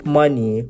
money